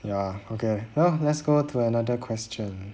ya okay now let's go to another question